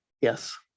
Yes